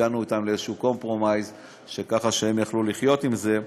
הגענו אתם לאיזו פשרה שהם יוכלו לחיות עם זה.